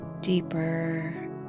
Deeper